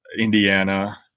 Indiana